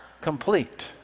complete